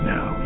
Now